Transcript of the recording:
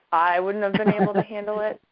i wouldn't have been able to handle it.